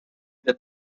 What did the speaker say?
that